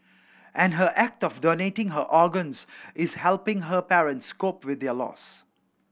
and her act of donating her organs is helping her parents cope with their loss